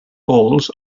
halls